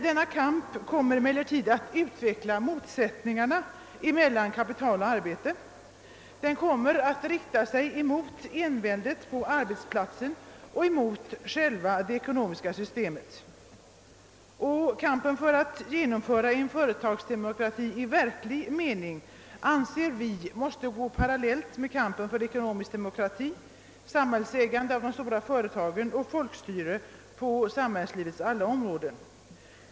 Denna kamp kommer emellertid att utveckla motsättningarna mellan kapital och arbete. Den kommer att rikta sig mot enväldet på arbetsplatsen och mot själva det ekonomiska systemet. Kampen för att genomföra en företagsdemokrati i verklig mening anser vi måste gå parallellt med kampen för ekonomisk demokrati, samhällsägande av de stora företagen och folkstyre på samhällslivets alla områden.